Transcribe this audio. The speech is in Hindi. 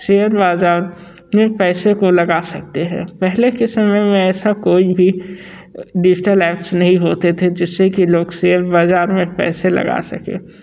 शेयर बाज़ार में पैसे को लगा सकते हैं पहले के समय में ऐसा कोई भी डिजिटल एप्स नहीं होते थे जिससे कि लोग शेयर बाज़ार में पैसे लगा सके